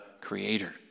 Creator